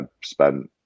spent